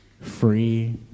free